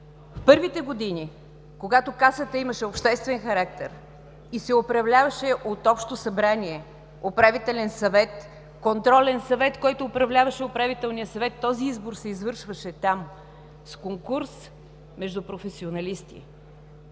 В първите години, когато Касата имаше обществен характер и се управляваше от Общо събрание, Управителен съвет, Контролен съвет, който управляваше Управителния съвет, този избор се извършваше там с конкурс между професионалисти.